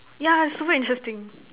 yeah is super interesting